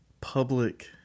public